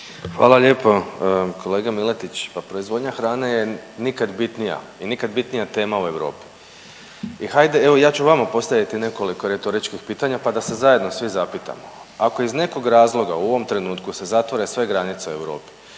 Hvala lijepo. Kolega Miletić, pa proizvodnja hrane je nikad bitnija i nikad bitnija tema u Europi. I hajde, evo ja ću vama postaviti nekoliko retoričkih pitanja da se zajedno svi zapitamo. Ako iz nekog razloga u ovom trenutku se zatvore sve granice u Europi,